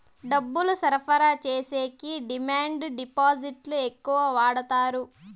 డబ్బులు సరఫరా చేసేకి డిమాండ్ డిపాజిట్లు ఎక్కువ వాడుతారు